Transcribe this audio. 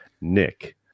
Nick